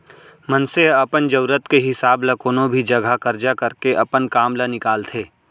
मनसे ह अपन जरूरत के हिसाब ल कोनो भी जघा करजा करके अपन काम ल निकालथे